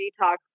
detox